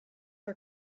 are